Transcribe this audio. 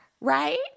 right